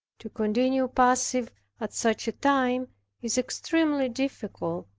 to continue passive at such a time is extremely difficult,